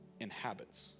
inhabits